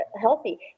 healthy